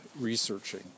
researching